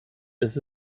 ist